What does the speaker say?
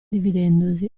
dividendosi